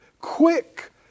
quick